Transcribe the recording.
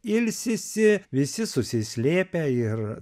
ilsisi visi susislėpę ir